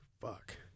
fuck